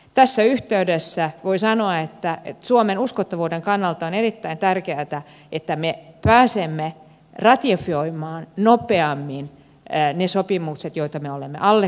tässä yhteydessä voi sanoa että suomen uskottavuuden kannalta on erittäin tärkeätä että me pääsemme ratifioimaan nopeammin ne sopimukset joita me olemme allekirjoittaneet